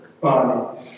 body